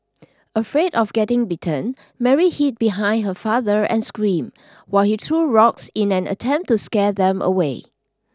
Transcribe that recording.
afraid of getting bitten Mary hid behind her father and screamed while he threw rocks in an attempt to scare them away